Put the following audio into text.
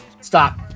stop